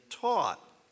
taught